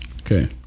Okay